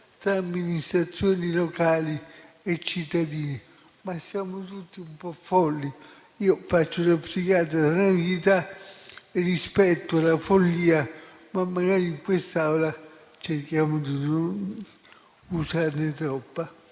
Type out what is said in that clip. tra amministrazioni locali e cittadini? Siamo tutti un po' folli. Io faccio lo psichiatra nella vita e rispetto la follia, ma magari in quest'Aula cerchiamo di non usarne troppa.